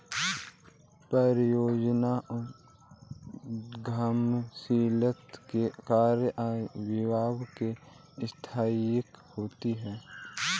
परियोजना उद्यमशीलता के कार्य स्वभाव से अस्थायी होते हैं